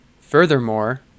Furthermore